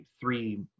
three